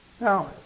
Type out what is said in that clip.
Now